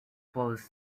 flows